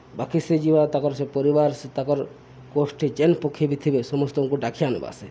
ବାକି ସେ ଯିବା ତାକର୍ ସେ ପରିବାର୍ ସେ ତାକର୍ କୋଷ୍ଟ୍କେ ଯେନ୍ ପକ୍ଷୀ ବି ଥିବେ ସମସ୍ତଙ୍କୁ ଡାକି ଆନ୍ବା ସେ